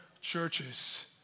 churches